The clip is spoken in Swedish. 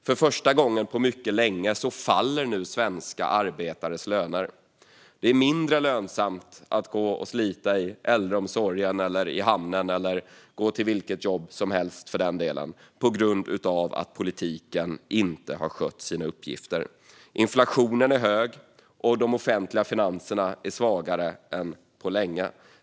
För första gången på mycket länge faller svenska arbetares löner. Det är mindre lönsamt att gå och slita i äldreomsorgen eller i hamnen eller att gå till vilket jobb som helst, för den delen, på grund av att politiken inte har skött sina uppgifter. Inflationen är hög, och de offentliga finanserna är svagare än på länge.